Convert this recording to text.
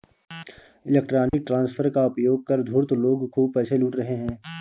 electronic transfer का उपयोग कर धूर्त लोग खूब पैसे लूट रहे हैं